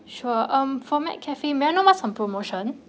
sure um for mac cafe may I know what's on promotion